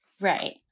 Right